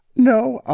no. ah